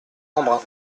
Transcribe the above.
embrun